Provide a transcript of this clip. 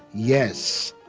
yes,